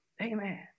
Amen